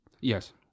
Yes